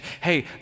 hey